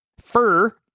Fur